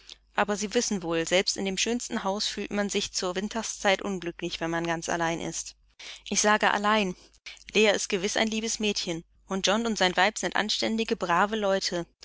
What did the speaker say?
aber sie wissen wohl selbst in dem schönsten hause fühlt man sich zur winterszeit unglücklich wenn man ganz allein ist ich sage allein leah ist gewiß ein liebes mädchen und john und sein weib sind anständige brave leute